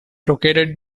located